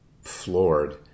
floored